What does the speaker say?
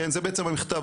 זה בעצם המכתב,